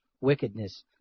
wickedness